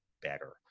better